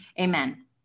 amen